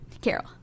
Carol